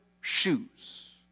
shoes